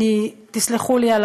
תסלחו לי,